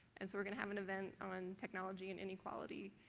and so we're going to have an event on technology and inequality.